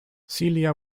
celia